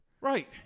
Right